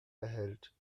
erhält